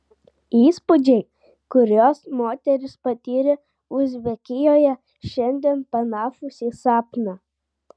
įspūdžiai kuriuos moteris patyrė uzbekijoje šiandien panašūs į sapną